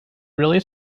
really